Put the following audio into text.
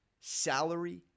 salary